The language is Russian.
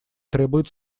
требует